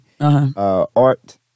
art